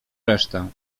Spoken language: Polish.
resztę